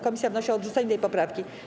Komisja wnosi o odrzucenie tej poprawki.